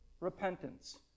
repentance